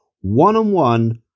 one-on-one